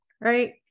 Right